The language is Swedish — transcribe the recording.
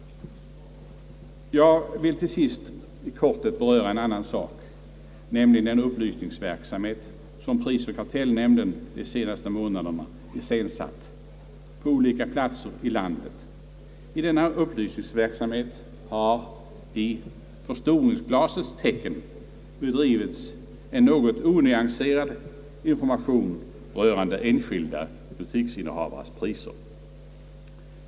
Jag vill till sist beröra en helt annan sak, nämligen den upplysningsverksamhet som prisoch kartellnämnden de senaste månaderna iscensatt på olika platser i landet. I denna upplysningsverksamhet har i förstoringsglasets tecken bedrivits en något onyanserad information rörande enskilda butiksinnehavares priser.